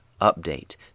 update